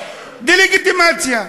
דה-לגיטימציה.